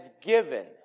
given